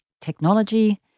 technology